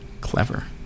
Clever